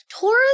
Taurus